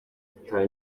kugira